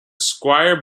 squire